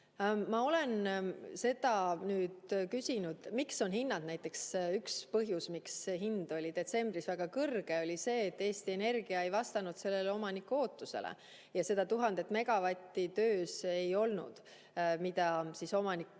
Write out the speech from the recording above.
Ma olen seda küsinud. Miks on hinnad kõrged? Näiteks, üks põhjus, miks hind oli detsembris väga kõrge, on see, et Eesti Energia ei vastanud omaniku ootusele ja seda 1000 megavatti töös ei olnud, mida omanik